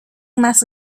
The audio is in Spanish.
mas